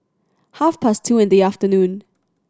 half past two in the afternoon